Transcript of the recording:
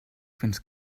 fins